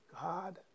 God